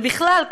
ובכלל,